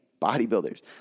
bodybuilders